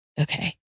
okay